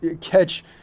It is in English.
catch